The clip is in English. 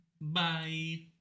Bye